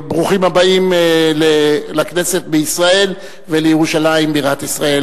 ברוכים הבאים לכנסת בישראל ולירושלים, בירת ישראל.